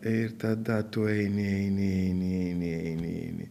ir tada tu eini eini eini eini eini eini